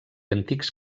antics